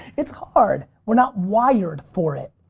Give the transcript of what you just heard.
it's hard. we're not wired for it.